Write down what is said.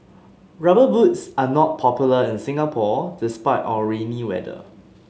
rubber boots are not popular in Singapore despite our rainy weather